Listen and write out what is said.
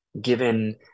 given